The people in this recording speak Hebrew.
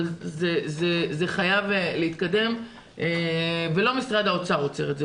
אבל זה חייב להתקדם ולא משרד האוצר עוצר את זה,